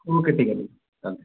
okay ठीक आहे चालेल